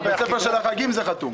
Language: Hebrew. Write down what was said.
גם בית ספר של החגים היה חתום.